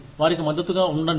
వారికి మద్దతుగా ఉండండి